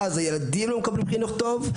ואז הילדים לא מקבלים חינוך טוב,